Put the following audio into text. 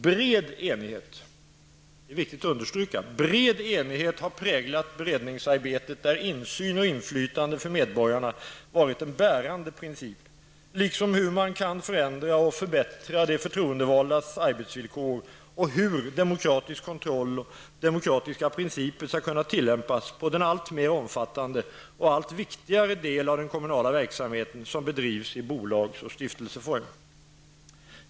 Bred enighet -- det är viktigt att understryka -- har präglat beredningsarbetet, där insyn och inflytande för medborgarna varit en bärande princip, liksom hur man kan förändra och förbättra de förtroendevaldas arbetsvillkor och hur demokratisk kontroll och demokratiska principer skall kunna tillämpas på den alltmer omfattande och allt viktigare del av den kommunala verksamheten som bedrivs i bolags och stiftelseform.